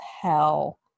hell